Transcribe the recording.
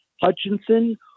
Hutchinson